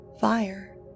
Fire